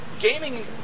gaming